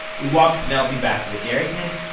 we walked penelope back to the dairy tent,